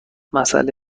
مساله